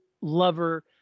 lover